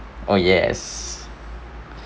oh yes